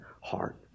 heart